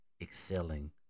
excelling